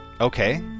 Okay